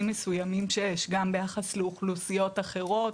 מסוימים שיש גם ביחס לאוכלוסיות אחרות,